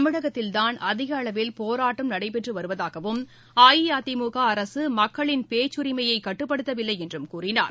தமிழகத்தில் தான் அதிக அளவில் போராட்டம் நடைபெற்று வருவதாகவும் அஇஅதிமுக அரக மக்களின் பேச்சுரிமையை கட்டுப்படுத்தவில்லை என்றும் கூறினார்